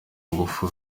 ingufu